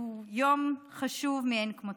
שהוא יום חשוב מאין כמותו.